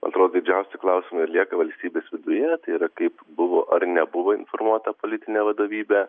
atrodo didžiausi klausimai ir lieka valstybės viduje tai yra kaip buvo ar nebuvo informuota politine vadovybe